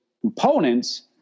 Components